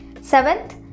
seventh